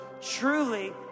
truly